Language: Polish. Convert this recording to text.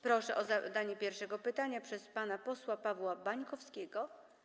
Proszę o zadanie pierwszego pytania pana posła Pawła Bańkowskiego.